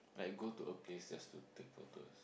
like go to a place just to take photos